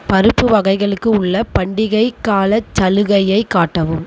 பருப்பு வகைகளுக்கு உள்ள பண்டிகைக்காலச் சலுகையை காட்டவும்